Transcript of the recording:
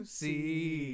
see